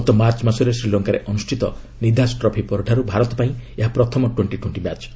ଗତ ମାର୍ଚ୍ଚ ମାସରେ ଶ୍ରୀଲଙ୍କାରେ ଅନୁଷ୍ଠିତ ନିଧାସ୍ ଟ୍ରଫି ପରଠାରୁ ଭାରତପାଇଁ ଏହା ପ୍ରଥମ ଟ୍ୱେଣ୍ଟି ଟ୍ୱେଣ୍ଟି ମ୍ୟାଚ୍